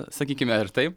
sakykime ir taip